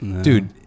Dude